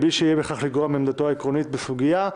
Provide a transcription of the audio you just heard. ובלי שיהיה בכך לגרוע מעמדתו העקרונית בסוגיה,